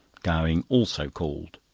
gowing also called.